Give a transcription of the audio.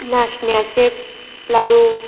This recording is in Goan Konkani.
नाचण्याचे लाडू